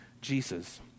Jesus